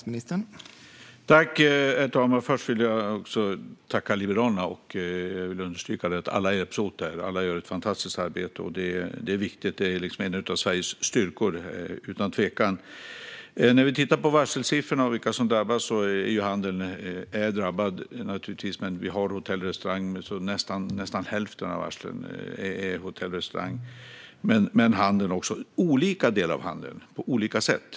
Herr talman! Först vill jag tacka Liberalerna. Jag vill understryka att alla hjälps åt. Alla gör ett fantastiskt arbete. Det är viktigt. Det är utan tvekan en av Sveriges styrkor. När vi tittar på varselsiffrorna och vilka som drabbas ser vi naturligtvis att handeln är drabbad. Men nästan hälften av varslen gäller hotell eller restauranger. Det är också så att olika delar av handeln drabbas på olika sätt.